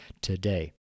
today